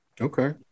Okay